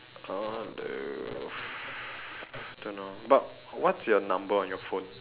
I wanna leave don't know but what's your number on your phone